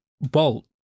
bolt